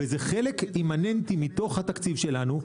זה חלק אימננטי מתוך התקציב שלנו.